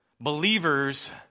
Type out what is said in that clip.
Believers